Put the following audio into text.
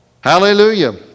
Hallelujah